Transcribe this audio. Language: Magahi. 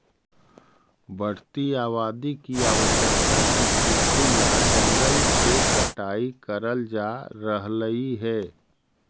बढ़ती आबादी की आवश्यकता की पूर्ति ला जंगल के कटाई करल जा रहलइ हे